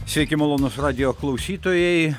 sveiki malonūs radijo klausytojai